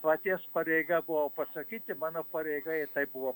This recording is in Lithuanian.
paties pareiga buvo pasakyti mano pareiga į tai buvo